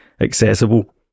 accessible